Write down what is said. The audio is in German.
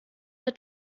der